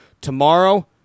Tomorrow